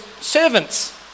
servants